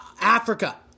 Africa